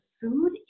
food